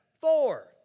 four